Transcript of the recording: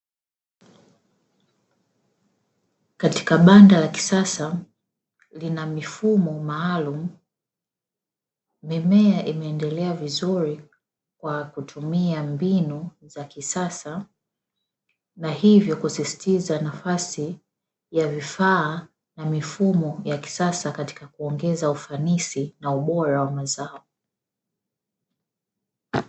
Katika banda la kisasa lina mifumo maalumu, mimea imeendelea vizuri kwa kutumia mbinu za kisasa, na hivyo kusisitiza nafasi ya vifaa na mifumo ya kisasa katika kuongeza ufanisi na ubora wa mazao.